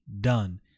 done